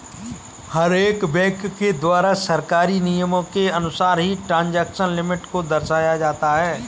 हर एक बैंक के द्वारा सरकारी नियमों के अनुसार ही ट्रांजेक्शन लिमिट को दर्शाया जाता है